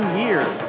years